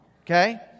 okay